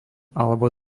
alebo